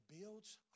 builds